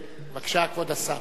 בבקשה, כבוד השר.